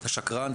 "אתה שקרן",